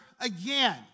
again